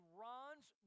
Iran's